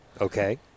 Okay